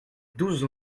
douze